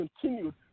continued